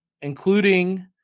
including